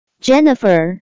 Jennifer